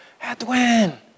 Edwin